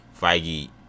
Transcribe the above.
Feige